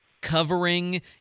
covering